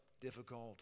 difficult